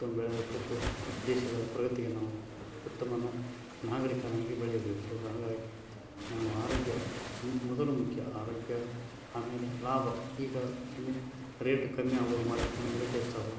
ಉತ್ತಮ ಬೆಳೆ ಕೊಟ್ಟು ದೇಶದ ಪ್ರಗತಿಗೆ ನಾವು ಉತ್ತಮ ನಾಗರೀಕನಾಗಿ ಬೆಳೆಯಬೇಕು ಹಾಗಾಗಿ ನಾವು ಆರೋಗ್ಯ ಮೊದಲು ಮುಖ್ಯ ಆರೋಗ್ಯ ಆಮೇಲೆ ಲಾಭ ಈಗ ಒಮ್ಮೆ ರೇಟ್ ಕಮ್ಮಿ ಆಗ್ಬೋದು ಮಾರ್ಕೆಟ್ನಾಗ ಒಮ್ಮೆ ರೇಟ್ ಹೆಚ್ಚಾಗ್ಬೋದು